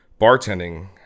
bartending